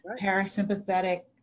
parasympathetic